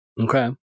Okay